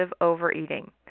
overeating